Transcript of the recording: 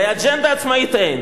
הרי אג'נדה עצמאית אין.